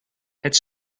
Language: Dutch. het